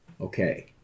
Okay